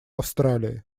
австралии